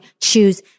choose